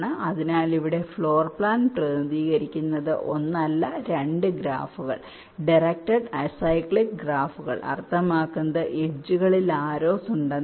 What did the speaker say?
അതിനാൽ ഇവിടെ floor plan പ്രതിനിധീകരിക്കുന്നത് ഒന്നല്ല രണ്ട് ഗ്രാഫുകൾ ഡിറക്ടഡ് അസൈക്ലിക് ഗ്രാഫുകൾ അർത്ഥമാക്കുന്നത് എഡ്ജുകളിൽ ആരോസ് ഉണ്ടെന്നാണ്